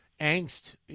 angst